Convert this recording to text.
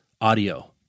audio